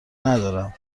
ندارم